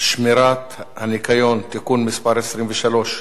שמירת הניקיון (תיקון מס' 23)